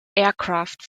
aircraft